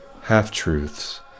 half-truths